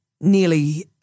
nearly